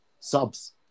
subs